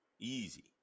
Easy